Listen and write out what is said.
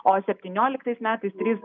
o septynioliktais metais trys